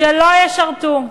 שלא ישרתו,